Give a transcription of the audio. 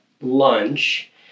lunch